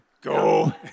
go